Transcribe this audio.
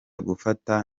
gufata